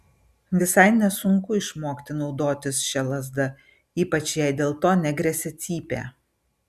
visai nesunku išmokti naudotis šia lazda ypač jei dėl to negresia cypė